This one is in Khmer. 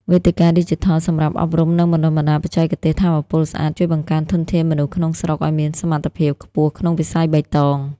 វេទិកាឌីជីថលសម្រាប់អប់រំ និងបណ្ដុះបណ្ដាលបច្ចេកទេសថាមពលស្អាត ជួយបង្កើនធនធានមនុស្សក្នុងស្រុកឱ្យមានសមត្ថភាពខ្ពស់ក្នុងវិស័យបៃតង។